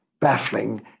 baffling